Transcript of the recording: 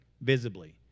visibly